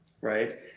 right